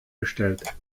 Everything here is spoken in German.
gestellt